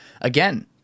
again